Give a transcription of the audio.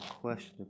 Question